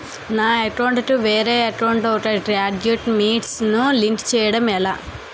నా అకౌంట్ కు వేరే అకౌంట్ ఒక గడాక్యుమెంట్స్ ను లింక్ చేయడం ఎలా?